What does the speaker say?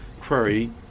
query